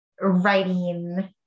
writing